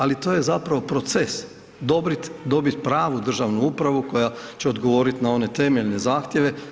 Ali to je zapravo proces, dobiti pravu državnu upravu koja će odgovoriti na one temeljne zahtjeve.